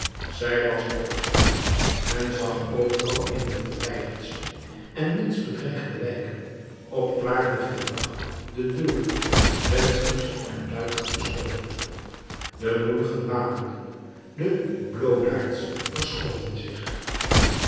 zij was angstig men zag overal in de verwijderdste en minst bedreigde wijken op klaarlichten dag de deuren vensters en luiken gesloten de moedigen wapenden de bloodaards verscholen zich